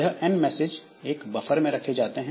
यह n message एक buffer में रखे जाते हैं